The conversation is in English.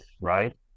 right